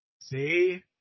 See